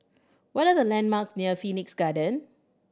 what are the landmarks near Phoenix Garden